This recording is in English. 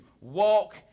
walk